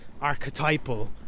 archetypal